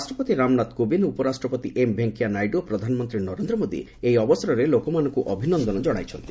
ରାଷ୍ଟ୍ରପତି ରାମନାଥ କୋବିନ୍ଦ୍ ଉପରାଷ୍ଟ୍ରପତି ଏମ୍ ଭେଙ୍କିୟା ନାଇଡୁ ଓ ପ୍ରଧାନମନ୍ତ୍ରୀ ନରେନ୍ଦ୍ର ମୋଦି ଏହି ଅବସରରେ ଲୋକମାନଙ୍କୁ ଅଭିନନ୍ଦନ ଜଣାଇଛନ୍ତି